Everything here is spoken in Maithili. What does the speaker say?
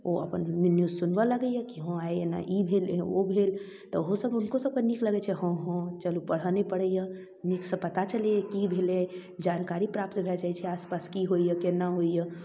ओ अपन न्यूज सुनबऽ लगैए कि हँ आइ एना ई भेल ओ भेल ओहूसबमे हुनकोसभके नीक लगै छै हँ हँ चलू पढ़ऽ नहि पड़ैए नीकसँ पता चलैए कि भेलै जानकारी प्राप्त भऽ जाइ छै आसपास कि होइए कोना होइए